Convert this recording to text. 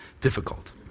difficult